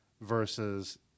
versus